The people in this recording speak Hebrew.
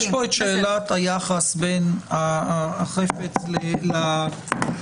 יש פה את שאלת היחס בין החפץ לעבירה.